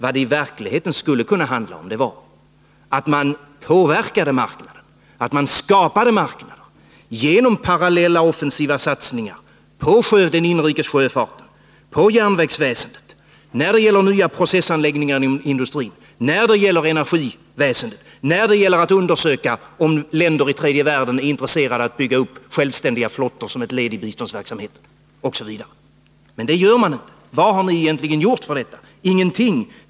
Vad det i verkligheten skulle kunna handla om vore att man påverkade marknaden, att man skapade marknader genom parallella offensiva satsningar på den inrikes sjöfarten, på järnvägsväsendet, när det gäller nya processanläggningar inom industrin, när det gäller energiväsendet, när det gäller att undersöka om länder i tredje världen är intresserade av att bygga upp självständiga flottor som ett led i biståndsverksamheten osv. Men det gör man inte. Vad har ni egentligen gjort för detta? Ingenting.